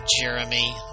Jeremy